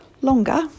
longer